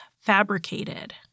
fabricated